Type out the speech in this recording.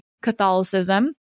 Catholicism